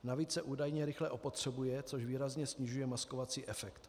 Navíc se údajně rychle opotřebuje, což výrazně snižuje maskovací efekt.